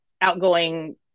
outgoing